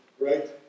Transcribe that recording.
right